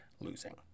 losing